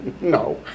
No